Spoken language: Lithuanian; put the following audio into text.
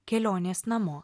kelionės namo